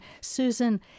Susan